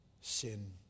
Sin